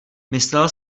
myslel